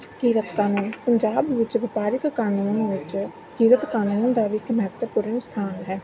ਕਿਰਤ ਕਾਨੂੰਨ ਪੰਜਾਬ ਵਿੱਚ ਵਪਾਰਕ ਕਾਨੂੰਨ ਵਿੱਚ ਕਿਰਤ ਕਾਨੂੰਨ ਦਾ ਵੀ ਇੱਕ ਮਹੱਤਵਪੂਰਨ ਸਥਾਨ ਹੈ